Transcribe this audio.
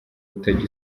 utajya